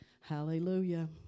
Hallelujah